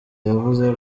yavuze